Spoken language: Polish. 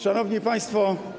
Szanowni Państwo!